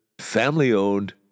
family-owned